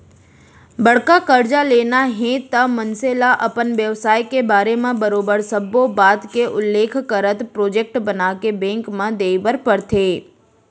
बड़का करजा लेना हे त मनसे ल अपन बेवसाय के बारे म बरोबर सब्बो बात के उल्लेख करत प्रोजेक्ट बनाके बेंक म देय बर परथे